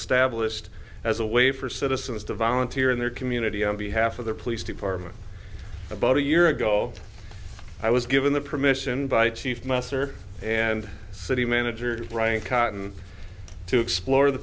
stablished as a way for citizens to volunteer in their community on behalf of the police department about a year ago i was given the permission by chief minister and city manager brian cotton to explore the